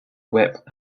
whip